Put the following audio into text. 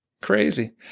Crazy